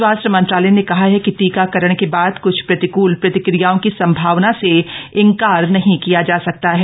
स्वास्थ्य मंत्रालय ने कहा है कि टीकाकरण के बाद क्छ प्रतिकूल प्रतिक्रियाओं की संभावना से इंकार नहीं किया जा सकता है